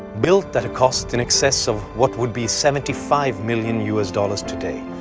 built at a cost in excess of what would be seventy five million u s. dollars today,